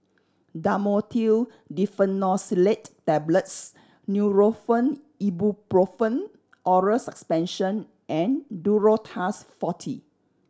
Dhamotil Diphenoxylate Tablets Nurofen Ibuprofen Oral Suspension and Duro Tuss Forte